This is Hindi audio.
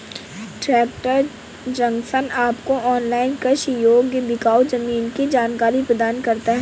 ट्रैक्टर जंक्शन आपको ऑनलाइन कृषि योग्य बिकाऊ जमीन की जानकारी प्रदान करता है